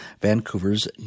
Vancouver's